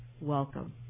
welcome